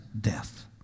death